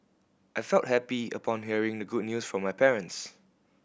I felt happy upon hearing the good news from my parents